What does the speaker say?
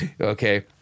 Okay